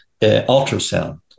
ultrasound